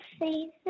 season